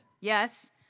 Yes